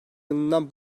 yılından